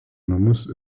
namus